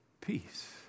Peace